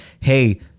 hey